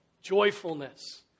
joyfulness